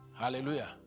Hallelujah